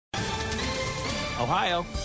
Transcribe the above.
Ohio